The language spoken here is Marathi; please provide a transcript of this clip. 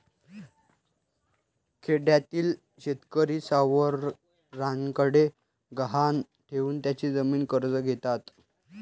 खेड्यातील शेतकरी सावकारांकडे गहाण ठेवून त्यांची जमीन कर्ज घेतात